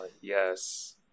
yes